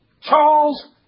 Charles